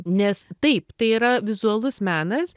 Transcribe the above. nes taip tai yra vizualus menas